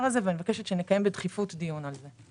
הזה ואני מבקשת שנקיים בדחיפות דיון על זה.